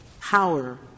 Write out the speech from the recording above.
power